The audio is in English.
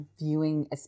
viewing